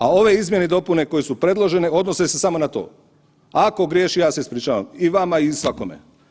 A ove izmjene i dopune koje su predložene odnose se samo na to, ako griješim ja se ispričavam i vama i svakome.